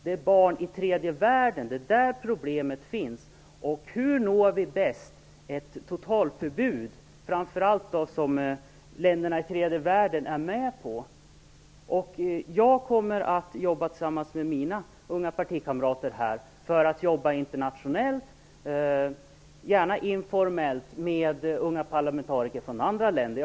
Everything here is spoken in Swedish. Det är barn i tredje världen. Det är där problemet finns. Hur når vi bäst ett totalförbud som länderna i tredje världen är med på? Jag kommer att jobba tillsammans med mina unga partikamrater, internationellt och gärna informellt med unga parlamentariker från andra länder.